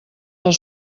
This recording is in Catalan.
del